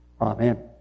Amen